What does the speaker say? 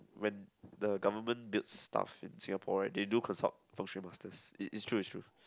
when the government build stuff in Singapore [right] they do consult Feng Shui masters it's true it's true